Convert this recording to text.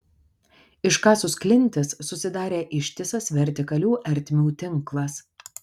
iškasus klintis susidarė ištisas vertikalių ertmių tinklas